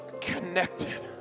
connected